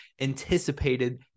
anticipated